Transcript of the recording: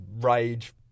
rage